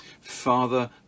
Father